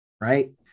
Right